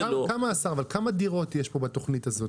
אדוני השר, כמה דירות יש פה בתוכנית הזו?